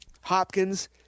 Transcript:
Hopkins